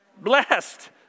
Blessed